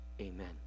Amen